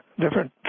different